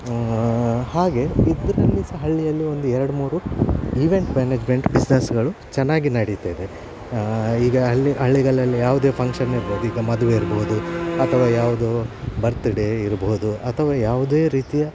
ಹಾಗೆ ಇದರಲ್ಲಿ ಸಹ ಹಳ್ಳಿಯಲ್ಲಿ ಒಂದು ಎರಡು ಮೂರು ಈವೆಂಟ್ ಮ್ಯಾನೇಜ್ಮೆಂಟ್ ಬಿಸ್ನೆಸ್ಗಳು ಚೆನ್ನಾಗಿ ನಡಿತಾ ಇದೆ ಈಗ ಹಳ್ಳಿ ಹಳ್ಳಿಗಳಲ್ಲಿ ಯಾವುದೆ ಫಂಕ್ಷನ್ ಇರ್ಬೋದು ಈಗ ಮದುವೆ ಇರ್ಬೋದು ಅಥವಾ ಯಾವುದೋ ಬರ್ತ್ಡೇ ಇರ್ಬೋದು ಅಥವಾ ಯಾವುದೇ ರೀತಿಯ